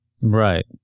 Right